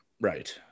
right